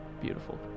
beautiful